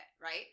right